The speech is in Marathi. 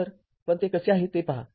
तर पण ते कसे आहे ते पहा